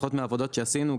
לפחות מהעבודות שעשינו,